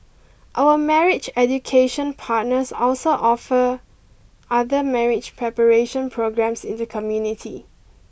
our marriage education partners also offer other marriage preparation programmes in the community